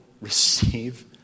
receive